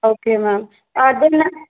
okay ma'am ah தென்னு